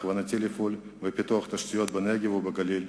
בכוונתי לפעול לפיתוח התשתיות בנגב ובגליל,